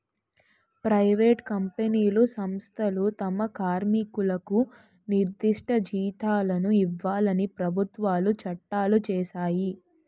private కంపెనీలు సంస్థలు తమ కార్మికులకు నిర్దిష్ట జీతాలను ఇవ్వాలని ప్రభుత్వాలు చట్టాలు చేశాయి